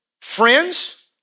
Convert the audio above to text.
friends